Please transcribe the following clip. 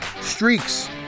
Streaks